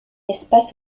espace